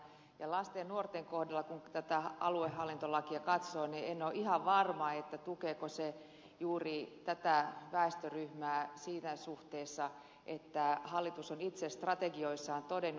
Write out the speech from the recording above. kun lasten ja nuorten kohdalla tätä aluehallintolakia katsoo niin en ole ihan varma tukeeko se juuri tätä väestöryhmää siinä suhteessa kuin hallitus on itse strategioissaan todennut